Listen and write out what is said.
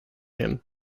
him